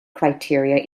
criteria